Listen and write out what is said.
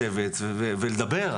לשבת ולדבר,